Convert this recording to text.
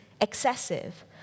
excessive